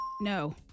No